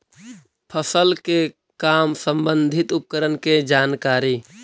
फसल के काम संबंधित उपकरण के जानकारी?